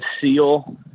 seal